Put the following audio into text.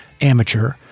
amateur